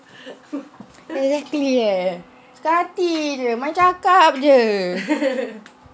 exactly eh suka hati jer main cakap jer